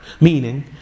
Meaning